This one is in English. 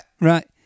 Right